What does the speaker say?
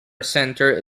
centre